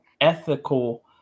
ethical